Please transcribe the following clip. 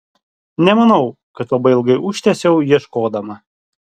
nemanau kad labai ilgai užtęsiau ieškodama